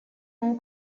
more